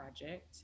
project